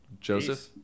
Joseph